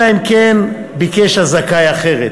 אלא אם כן ביקש הזכאי אחרת.